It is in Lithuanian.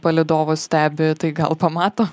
palydovo stebi tai gal pamato